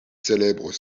célèbres